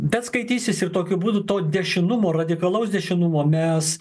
bet skaitysis ir tokiu būdu to dešinumo radikalaus dešinumo mes